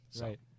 Right